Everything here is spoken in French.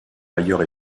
ailleurs